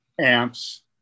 amps